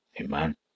Amen